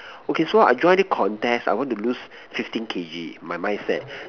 okay so I join this contest I want to lose fifteen K_G my mind set